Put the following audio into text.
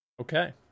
Okay